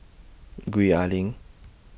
Gwee Ah Leng